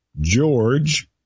George